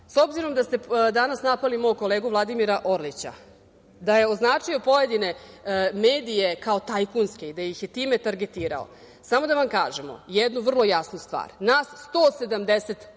S obzirom da ste danas napali mog kolegu Vladimira Orlića da je označio pojedine medije kao tajkunske i da ih je time targetirao, samo da vam kažemo jednu vrlo jasnu stvar. Nas 170